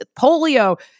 polio